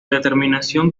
determinación